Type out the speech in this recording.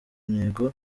intego